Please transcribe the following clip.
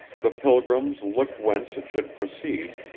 the pilgrims looked whence it should proceed,